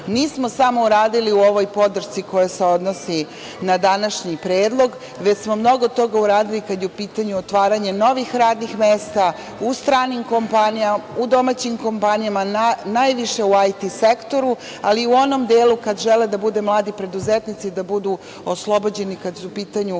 Nismo samo uradili u ovoj podršci koja se odnosi na današnji predlog, već smo mnogo toga uradili kada je u pitanju otvaranje novih radnih mesta, u stranim kompanijama, u domaćim kompanijama, najviše u IT sektoru, ali i u onom delu kada žele da budu mladi preduzetnici, da budu oslobođeni kad su u pitanju